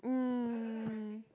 mm